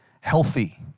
healthy